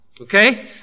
Okay